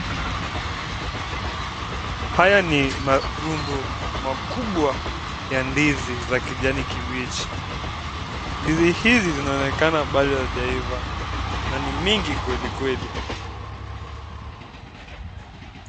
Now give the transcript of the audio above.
Haya ni marundo makubwa ya ndizi ya kijani kibichi. Ndizi hizi zinzonekana bado hazijaiva na ni mingi kweli kweli.